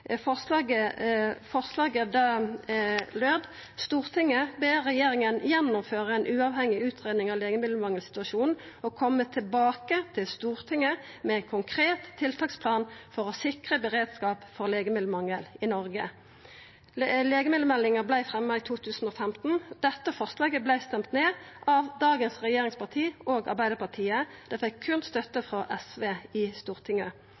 Forslaget lydde slik: «Stortinget ber regjeringen gjennomføre en uavhengig utredning av legemiddelmangelsituasjonen og komme tilbake til Stortinget med en konkret tiltaksplan for å sikre beredskap mot legemiddelmangel i Norge.» Legemiddelmeldinga vart fremja i 2015. Dette forslaget vart stemt ned av dagens regjeringsparti og Arbeidarpartiet. Det fekk berre støtte frå SV i Stortinget.